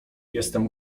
jestem